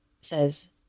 says